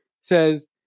says